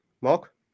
Mark